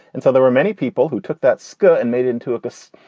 and so there were many people who took that skirt and made it into a goose.